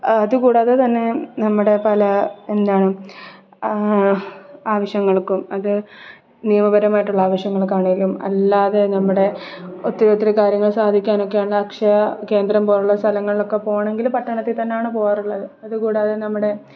അത് കൂടാതെ തന്നെ നമ്മുടെ പല എന്താണ് ആവശ്യങ്ങൾക്കും അത് നിയമപരമായിട്ടുള്ള ആവശ്യങ്ങൾക്കാണേലും അല്ലാതെ നമ്മുടെ ഒത്തിരി ഒത്തിരി കാര്യങ്ങൾ സാധിക്കാൻ ഒക്കെയുള്ള അക്ഷയ കേന്ദ്രം പോലെ ഉള്ള സ്ഥലങ്ങളിലൊക്കെ പോകണമെങ്കിൽ പട്ടണത്തിൽ തന്നാണ് പോകാറുള്ളത് അത്കൂടാതെ നമ്മുടെ